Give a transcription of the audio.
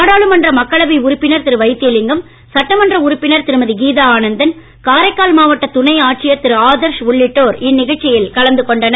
நாடாளுமன்ற மக்களவை உறுப்பினர் திரு வைத்திலிங்கம் சட்டமன்ற உறுப்பினர் திருமதி கீதா ஆனந்தன் காரைக்கால் மாவட்ட துணை ஆட்சியர் திரு ஆதர்ஷ் உள்ளிட்டோர் இந்நிகழ்ச்சியில் கலந்து கொண்டனர்